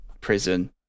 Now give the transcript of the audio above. prison